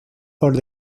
por